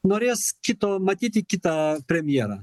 norės kito matyti kitą premjerą